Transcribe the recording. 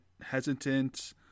hesitant